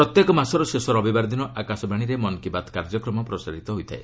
ପ୍ରତ୍ୟେକ ମାସର ଶେଷ ରବିବାର ଦିନ ଆକାଶବାଣୀରେ ମନ୍ କି ବାତ୍ କାର୍ଯ୍ୟକ୍ରମ ପ୍ରସାରିତ ହୋଇଥାଏ